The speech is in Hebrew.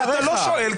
אתה לא שואל,